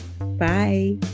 Bye